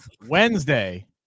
Wednesday